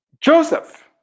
Joseph